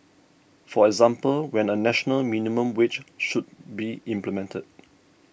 for example whether a national minimum wage should be implemented